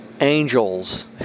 angels